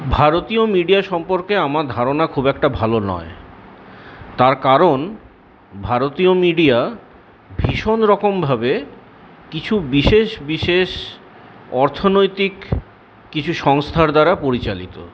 ভারতীয় মিডিয়া সম্পর্কে আমার ধারণা খুব একটা ভালো নয় তার কারণ ভারতীয় মিডিয়া ভীষণরকমভাবে কিছু বিশেষ বিশেষ অর্থনৈতিক কিছু সংস্থার দ্বারা পরিচালিত